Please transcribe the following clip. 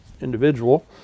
individual